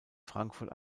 frankfurt